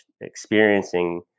experiencing